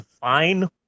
fine